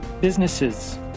businesses